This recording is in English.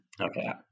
Okay